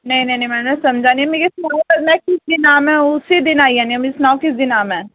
नेईं निं निं मैडम जी समझै नी मिकी सनाओ में किस दिन आं में उस्सै दिन आई जान्नी आं मी सनाओ किस दिन आं में